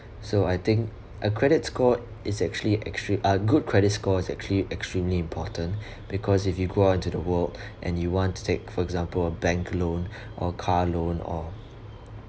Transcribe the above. so I think a credit score is actually actually uh good credit score is actually extremely important because if you go out into the world and you want to take for example a bank loan or car loan or